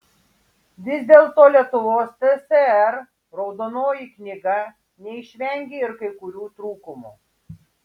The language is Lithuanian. vis dėlto lietuvos tsr raudonoji knyga neišvengė ir kai kurių trūkumų